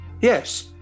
Yes